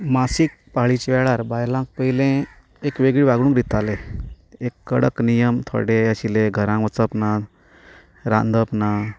मासीक पाळीच्या वेळार बायलांक पयले एक वेगळी वागणूक दिताले एक कडक नियम थोडे आशिल्ले घरांत वचप ना रांदप ना